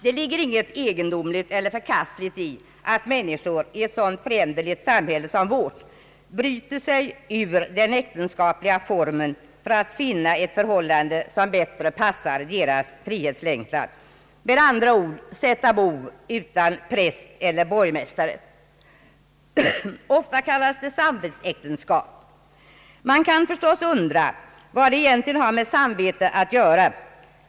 Det ligger inget egendomligt eller förkastligt i att människor i ett så föränderligt samhälle som vårt bryter sig ut ur den äktenskapliga formen för att finna ett förhållande, som bättre passar deras frihetslängtan, med andra ord sätta bo utan präst eller borgmästare. Ofta kallas det samvetsäktenskap. Man kan undra vad det egentligen har med samvete att göra.